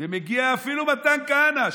ומגיע אפילו מתן כהנא,